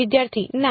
વિદ્યાર્થી ના